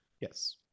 Yes